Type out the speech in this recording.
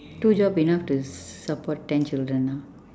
two job enough to support ten children ah